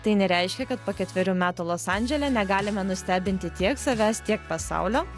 tai nereiškia kad po ketverių metų los andžele negalime nustebinti tiek savęs tiek pasaulio